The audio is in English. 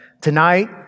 tonight